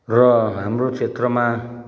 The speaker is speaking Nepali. र हाम्रो क्षेत्रमा